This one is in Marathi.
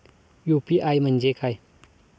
यु.पी.आय म्हणजे काय?